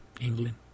England